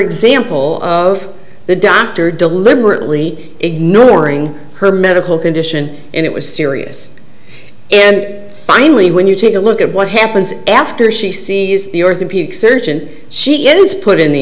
example of the doctor deliberately ignoring her medical condition and it was serious and finally when you take a look at what happens after she sees the orthopedic surgeon she is put in the